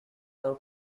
now